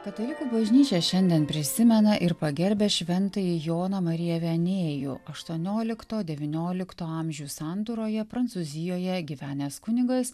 katalikų bažnyčia šiandien prisimena ir pagerbia šventąjį joną mariją venėjų aštuoniolikto devyniolikto amžių sandūroje prancūzijoje gyvenęs kunigas